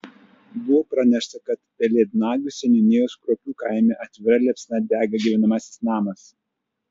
buvo pranešta kad pelėdnagių seniūnijos kruopių kaime atvira liepsna dega gyvenamasis namas